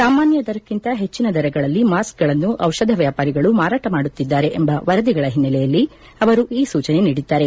ಸಾಮಾನ್ಯ ದರಕ್ಕಂತ ಹೆಚ್ಚಿನ ದರಗಳಲ್ಲಿ ಮಾಸ್ಪೆಗಳನ್ನು ಟಿಷಧ ವ್ಯಾಪಾರಿಗಳು ಮಾರಾಟ ಮಾಡುತ್ತಿದ್ದಾರೆ ಎಂಬ ವರದಿಗಳ ಹಿನ್ನೆಲೆಯಲ್ಲಿ ಅವರು ಈ ಸೂಚನೆ ನೀಡಿದ್ದಾರೆ